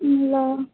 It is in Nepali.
ल